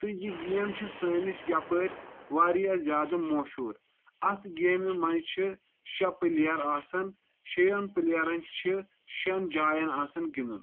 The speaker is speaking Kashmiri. تہٕ یہِ گیم چھِ سٲنِس یپٲرۍ واریاہ زیادٕ مشہور اتھ گیمہِ منٛز چھِ شیےٚ پٕلییر آسان شیٚین پٕلیرن چھِ شیٚن جاین آسان گنٛدُن